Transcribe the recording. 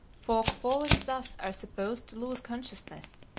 folk falling thus are supposed to lose consciousness,